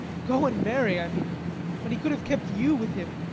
go and marry, i mean when he could have kept you with him,